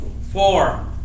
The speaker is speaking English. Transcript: Four